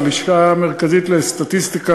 הלשכה המרכזית לסטטיסטיקה,